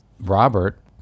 Robert